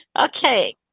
Okay